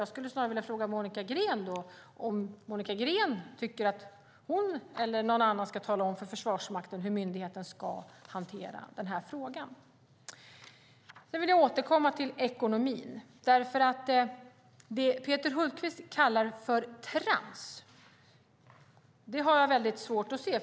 Jag skulle snarare vilja fråga Monica Green om Monica Green tycker att hon eller någon annan ska tala om för Försvarsmakten hur myndigheten ska hantera den här frågan. Jag vill återkomma till ekonomin. Det Peter Hultqvist kallar för trams har jag väldigt svårt att se.